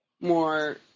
more